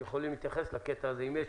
שיכולים להתייחס לקטע הזה - אם יש